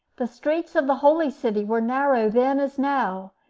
the streets of the holy city were narrow then as now,